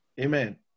Amen